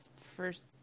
first